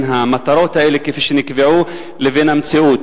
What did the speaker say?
המטרות האלה כפי שנקבעו לבין המציאות.